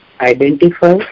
identify